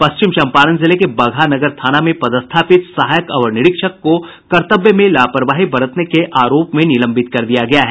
पश्चिम चंपारण जिले के बगहा नगर थाना में पदस्थापित सहायक अवर निरीक्षक को कर्तव्य में लापरवाही बरतने के आरोप में निलंबित कर दिया गया है